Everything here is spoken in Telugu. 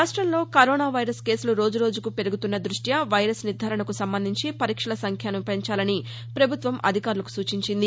రాష్ట్రంలో కరోనా వైరస్ కేసులు రోజు రోజుకూ పెరుగుతున్న దృష్ట్య వైరస్ నిర్ధారణకు సంబంధించి పరీక్షల సంఖ్యను పెంచాలని ప్రభుత్వం అధికారులకు సూచించింది